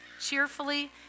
cheerfully